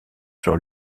sur